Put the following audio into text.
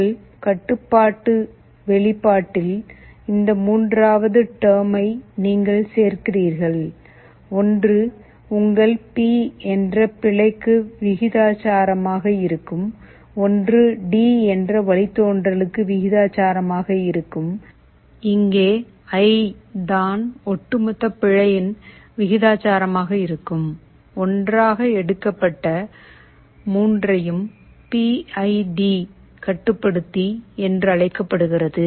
உங்கள் கட்டுப்பாட்டு வெளிப்பாட்டில் இந்த மூன்றாவது டெர்மை நீங்கள் சேர்க்கிறீர்கள் ஒன்று உங்கள் பி என்ற பிழைக்கு விகிதாசாரமாக இருக்கும் ஒன்று டி என்ற வழித்தோன்றலுக்கு விகிதாசாரமாக இருக்கும் இங்கே ஐ தான் ஒட்டுமொத்த பிழையின் விகிதாசாரமாக இருக்கும் ஒன்றாக எடுக்கப்பட்ட மூன்றையும் பி ஐ டி கட்டுப்படுத்தி என்று அழைக்கப்படுகிறது